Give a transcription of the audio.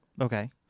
Okay